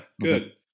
good